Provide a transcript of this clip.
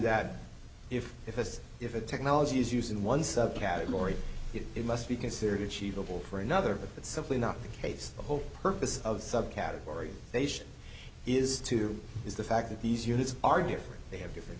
that if if this if a technology is used in one subcategory it must be considered achievable for another but that's simply not the case the whole purpose of subcategory nation is to is the fact that these units are different they have different